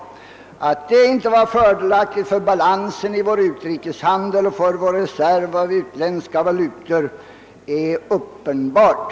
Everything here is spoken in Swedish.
Att det inte var fördelaktigt för balansen i vår utrikeshandel och för vår reserv av utländska valutor är uppenbart.